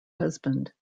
husband